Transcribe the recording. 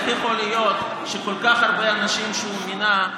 איך יכול להיות שכל כך הרבה אנשים שהוא מינה,